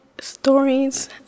stories